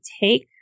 take